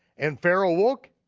and pharaoh awoke,